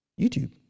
YouTube